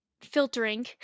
filtering